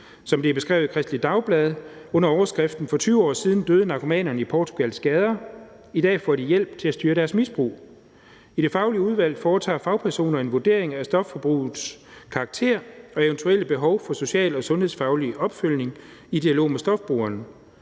som det er beskrevet i Kristeligt Dagblad under overskriften »For 20 år siden døde narkomanerne i Portugals gader. I dag får de hjælp til at styre deres misbrug«. I det faglige udvalg foretager fagpersoner en vurdering af stofforbrugets karakter og eventuelle behov for social- og sundhedsfaglig opfølgning i dialog med stofbrugeren.